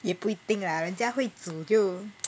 也不一定啦人家会煮就